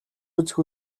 үзэх